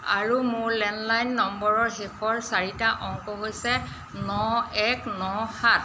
আৰু মোৰ লেণ্ডলাইন নম্বৰৰ শেষৰ চাৰিটা অংক হৈছে ন এক ন সাত